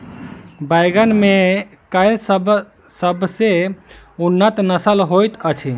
बैंगन मे केँ सबसँ उन्नत नस्ल होइत अछि?